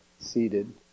seated